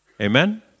Amen